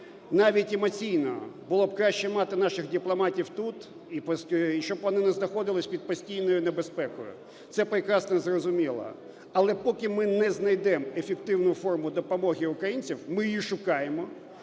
навіть емоційно було б краще мати наших дипломатів тут і щоб вони не знаходились під постійною небезпекою. Це прекрасно зрозуміло. Але поки ми не знайдемо ефективну форму допомоги українцям, ми її шукаємо,